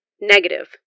Negative